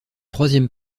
troisième